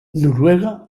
noruega